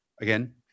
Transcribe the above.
Again